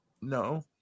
No